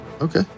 Okay